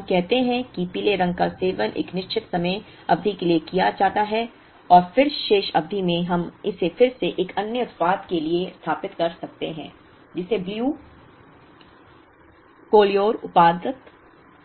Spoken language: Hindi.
अब हम कहते हैं कि पीले रंग का सेवन एक निश्चित समय अवधि के लिए किया जाता है और फिर शेष अवधि में हम इसे फिर से एक अन्य उत्पाद के लिए स्थापित कर सकते हैं जिसे ब्लू कोल्योर उत्पाद